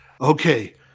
okay